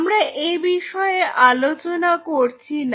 আমরা এ বিষয়ে আলোচনা করছি না